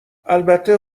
البته